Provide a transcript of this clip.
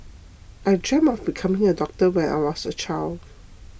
I dreamt of becoming a doctor when I was a child